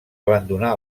abandonar